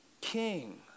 King